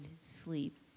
sleep